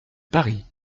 paris